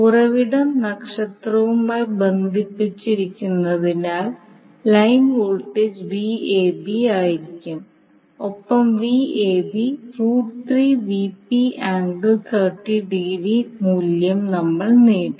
ഉറവിടം നക്ഷത്രവുമായി ബന്ധിപ്പിച്ചിരിക്കുന്നതിനാൽ ലൈൻ വോൾട്ടേജ് Vab ആയിരിക്കും ഒപ്പം മൂല്യം നമ്മൾ നേടി